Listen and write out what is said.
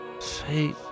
Fate